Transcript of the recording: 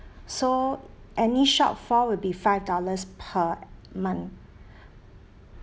so any shortfall will be five dollars per month